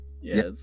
Yes